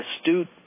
astute